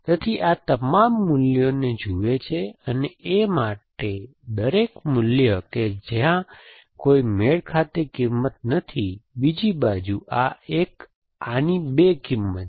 તે આ તમામ મૂલ્યોને જુએ છે અને A માટે દરેક મૂલ્ય કે જ્યાં કોઈ મેળ ખાતી કિંમત નથી બીજી બાજુ આ એક આની બે કિંમતો છે